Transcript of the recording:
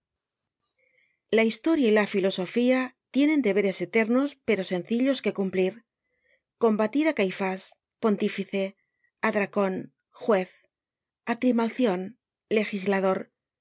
la historia y la filosofía tienen deberes eternos pero sencillos que cumplir combatir á caifás pontífice á dracon juez á trimalcion legislador